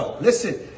Listen